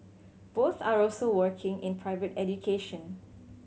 both are also working in private education